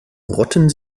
rotten